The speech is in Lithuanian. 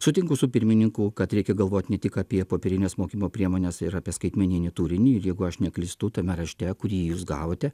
sutinku su pirmininku kad reikia galvot ne tik apie popierines mokymo priemones ir apie skaitmeninį turinį ir jeigu aš neklystu tame rašte kurį jūs gavote